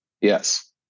Yes